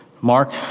Mark